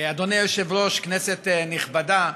אדוני היושב-ראש, כנסת נכבדה,